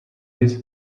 this